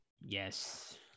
Yes